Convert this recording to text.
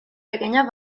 pequeñas